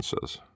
says